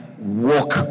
walk